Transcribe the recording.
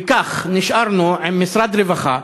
וכך נשארנו עם משרד רווחה,